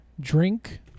drink